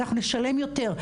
אנחנו נשלם יותר,